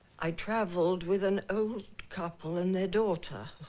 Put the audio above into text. i traveled with an old couple and their daughter.